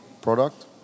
product